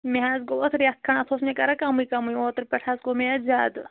مےٚ حظ گوٚو اَتھ ریٚتھ کھنٛڈ اتھ اوس مےٚ کران کمٕے کمٕے اوٗترٕ پیٚٹھ حظ گوٚو مےٚ حظ زیٛادٕ